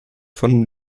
von